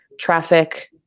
traffic